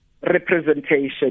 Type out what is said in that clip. Representation